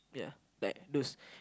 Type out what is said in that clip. ya like those